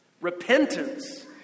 Repentance